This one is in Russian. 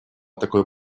такое